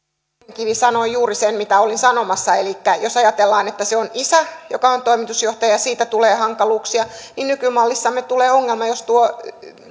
kivi sanoi juuri sen mitä olin sanomassa elikkä jos ajatellaan että se on isä joka on toimitusjohtaja ja siitä tulee hankaluuksia niin nykymallissamme tulee ongelma jos tuo